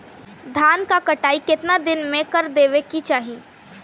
धान क कटाई केतना दिन में कर देवें कि चाही?